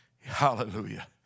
Hallelujah